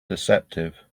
deceptive